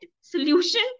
solution